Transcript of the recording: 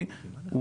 זה לא הנושא.